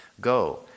go